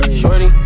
shorty